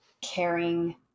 caring